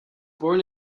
born